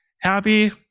happy